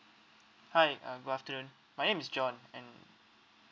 hi uh good afternoon my name is john and